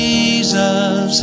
Jesus